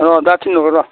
अ दा थिनहरगोन र'